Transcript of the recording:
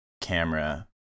camera